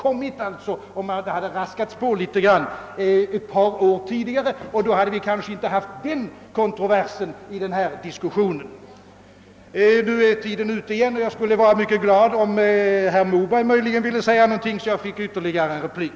Om regeringen hade startat U 68 några år tidigare, hade vi kanske inte haft denna konfliktanledning i dagens diskussion. Nu är min tid ute igen, och jag skulle vara mycket glad om möjligen herr Moberg ville säga något, så att jag finge ytterligare en replik.